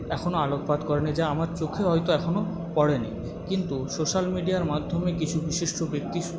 এখনও আলোকপাত করেনি যা আমার চোখে হয়তো এখনও পড়েনি কিন্তু সোশ্যাল মিডিয়ার মাধ্যমে কিছু বিশিষ্ট ব্যক্তি